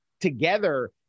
together